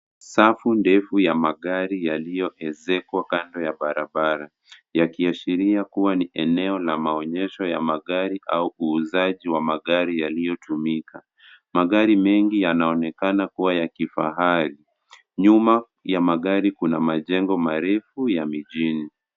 Safu ndefu ya magari yaliyoezekwa kando ya barabara yakiashiria kubwa ni eneo la maonyesho ya magari au uuzaji wa magari yaliyotumika. Magari mengi yanaonekana kuwa ya kifahari. Nyuma ya gari kuna majengo marefu ya jijini.